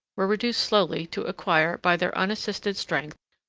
were reduced slowly to acquire, by their unassisted strength,